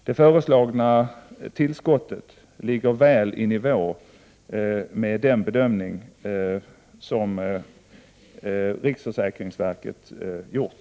Det föreslagna tillskottet ligger väl i nivå med den bedömning av medelsbehovet som riksförsäkringsverket gjort.